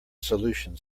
solution